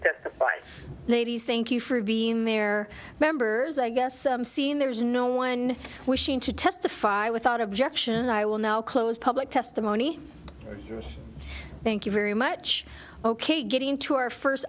for ladies thank you for being there members i guess seen there's no one wishing to testify without objection i will now close public testimony thank you very much ok getting to our first